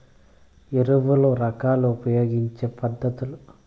ఎరువుల రకాలు ఉపయోగించే పద్ధతులు?